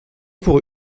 pour